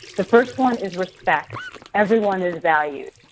the first one is respect everyone is valued.